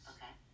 Okay